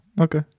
okay